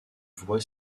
voie